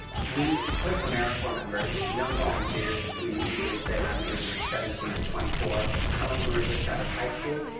we put americorps members, young volunteers, we usually say around the ages of seventeen to twenty four. some of them are ah just out of high school,